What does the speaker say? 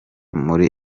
muri